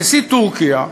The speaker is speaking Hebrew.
נשיא טורקיה,